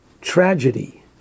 tragedy